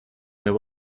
their